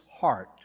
heart